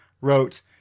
wrote